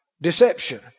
deception